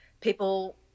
people